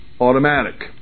automatic